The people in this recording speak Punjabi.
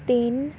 ਤਿੰਨ